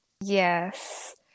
Yes